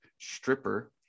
stripper